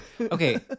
okay